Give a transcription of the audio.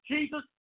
Jesus